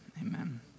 Amen